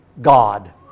God